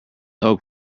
oat